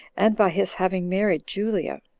and by his having married julia,